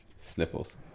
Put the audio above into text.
Sniffles